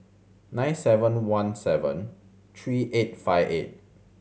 nine seven one seven three eight five eight